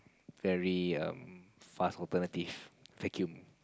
very um fast alternative vacuum